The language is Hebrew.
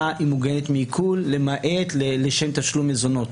מוגנת מעיקול למעט לשם תשלום מזונות.